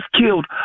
killed